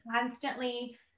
constantly